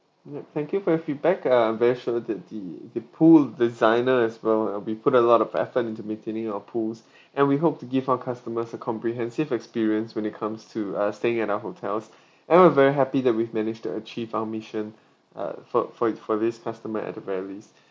yup thank you for your feedback uh I'm very sure that the the pool designer as well you know been put a lot of effort into maintaining our pools and we hope to give our customers a comprehensive experience when it comes to uh staying at our hotels and I'm very happy that we've managed to achieve our mission uh for for for this customer at the very least